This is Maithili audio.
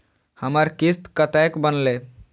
हमर किस्त कतैक बनले?